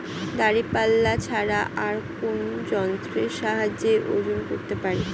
দাঁড়িপাল্লা ছাড়া আর কোন যন্ত্রের সাহায্যে ওজন করতে পারি?